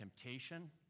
temptation